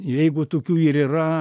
jeigu tokių ir yra